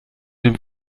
dem